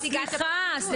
סליחה,